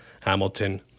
Hamilton